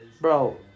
Bro